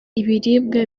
ibiribwa